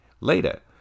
later